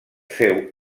féu